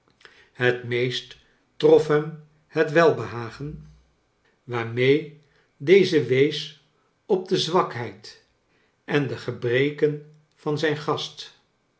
het meest trof hem het welbehagen waarmee deze wees op de zwakheid en de gebreken van zijn gast